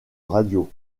radios